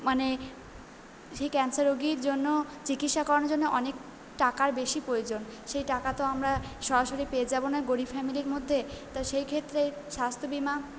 মানে সেই ক্যান্সার রোগীর জন্য চিকিৎসা করানোর জন্য অনেক টাকার বেশি প্রয়োজন সেই টাকা তো আমরা সরাসরি পেয়ে যাবো না গরীব ফ্যামিলির মধ্যে তা সেইক্ষেত্রে স্বাস্থ্যবিমা